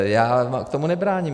Já tomu nebráním.